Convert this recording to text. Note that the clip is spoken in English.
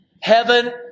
Heaven